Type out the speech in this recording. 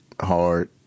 hard